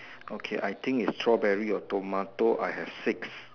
okay I think is strawberry or tomato I have six